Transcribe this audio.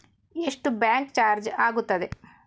ಎಷ್ಟು bank charge ಆಗುತ್ತದೆ?